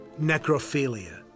necrophilia